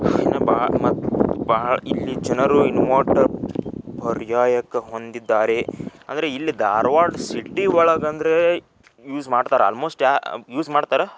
ಭಾಳ ಮತ್ತು ಭಾಳ ಇಲ್ಲಿ ಜನರು ಇನ್ವರ್ಟರ್ ಪರ್ಯಾಯಕ್ಕೆ ಹೊಂದಿದ್ದಾರೆ ಅಂದರೆ ಇಲ್ಲಿ ಧಾರವಾಡ ಸಿಟಿ ಒಳ್ಗೆ ಅಂದರೆ ಯೂಸ್ ಮಾಡ್ತಾರೆ ಆಲ್ಮೋಸ್ಟ್ ಯಾ ಯೂಸ್ ಮಾಡ್ತಾರೆ